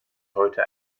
heute